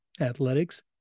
athletics